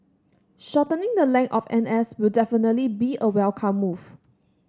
shortening the length of N S will definitely be a welcome move